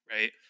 right